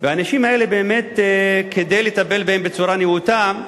והאנשים האלה, באמת כדי לטפל בהם בצורה נאותה,